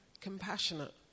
compassionate